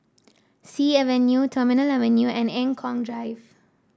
Sea Avenue Terminal Avenue and Eng Kong Drive